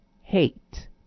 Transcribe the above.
hate